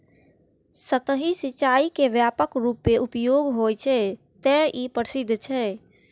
सतही सिंचाइ के व्यापक रूपें उपयोग होइ छै, तें ई प्रसिद्ध छै